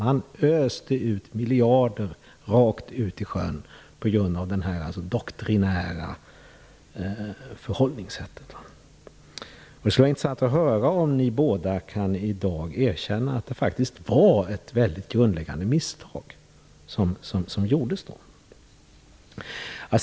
Man öste miljarder rakt ut i sjön på grund av det här doktrinära förhållningssättet. Det skulle vara intressant att höra om ni båda i dag kan erkänna att det faktiskt var ett mycket grundläggande misstag som gjordes då.